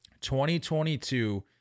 2022